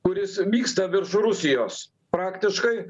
kuris vyksta virš rusijos praktiškai